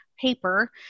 paper